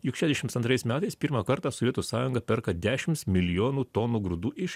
juk šešiasdešims antrais metais pirmą kartą sovietų sąjunga perka dešims milijonų tonų grūdų iš